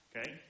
Okay